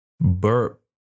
burp